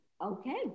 okay